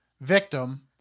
victim